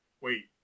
wait